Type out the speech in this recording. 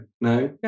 no